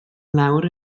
lawr